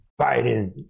Biden